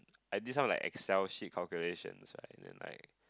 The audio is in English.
I this one like Excel sheet calculations right then like